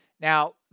Now